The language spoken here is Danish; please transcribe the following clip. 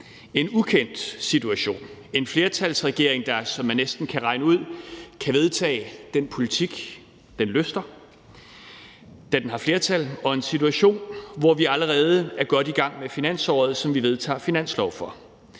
en ukendt situation. Vi har en flertalsregering, der, som man næsten kan regne ud, kan vedtage den politik, den lyster, da den har flertal, og det er en situation, hvor vi allerede er godt i gang med finansåret, som vi vedtager en finanslov for.